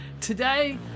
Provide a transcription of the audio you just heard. today